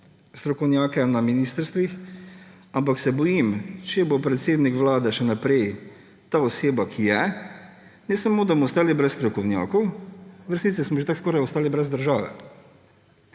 strokovnjake na ministrstvih, ampak se bojim, če bo predsednik Vlade še naprej ta oseba, ki je, ne samo da bomo ostali brez strokovnjakov, v resnici smo že tako skoraj ostali brez države.